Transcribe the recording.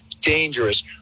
dangerous